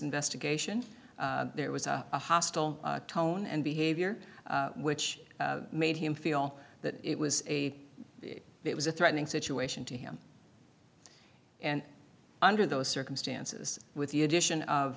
investigation there was a hostile tone and behavior which made him feel that it was a it was a threatening situation to him and under those circumstances with the addition of